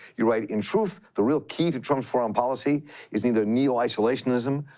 you write, in truth, the real key to trump's foreign policy is neither neo-isolationism,